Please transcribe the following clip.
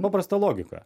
paprasta logika